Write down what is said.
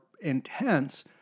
intense